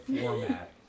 format